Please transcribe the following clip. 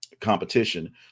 competition